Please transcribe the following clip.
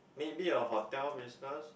maybe a hotel business